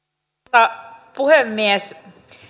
arvoisa puhemies